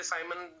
Simon